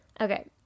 Okay